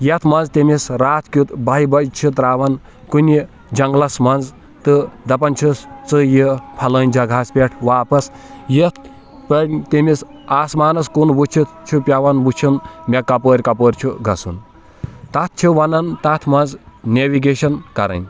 یَتھ منٛز تٔمِس راتھ کِیُتھ بَہہِ بَجہِ چھِ ترٛاوان کُنہِ جَنٛگلَس منٛز تہٕ دَپَان چھِس ژٕ یہِ فَلٲنۍ جَگہَس پٮ۪ٹھ واپَس یَتھ تٔمِس آسمانَس کُن وُچھِتھ چھُ پیٚوان وُچھُن مےٚ کَپٲرۍ کَپٲرۍ چھُ گژُھن تَتھ چھِ وَنَان تَتھ منٛز نیوِگیشن کَرٕنۍ